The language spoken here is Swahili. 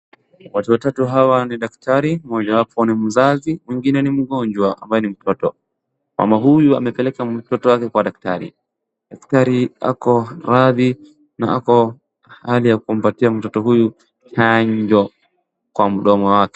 Watu watau hawa ni daktari, mmoja wapo ni mzazi, mwingine ni mgonjwa ambaye ni mtoto. Mama huyu amepeleka mtoto wake kwa daktari, daktari ako radhi na ako hali ya kumpatia mtoto huyu chanjo kwa mdomo wake.